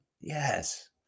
Yes